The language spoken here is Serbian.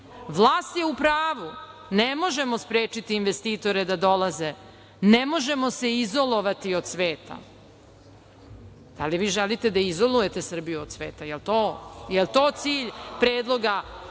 Vlast je u pravu. Ne možemo sprečiti investitore da dolaze. Ne možemo se izolovati od sveta“. Da li vi želite da izolujete Srbiju od sveta? Jel to cilj predloga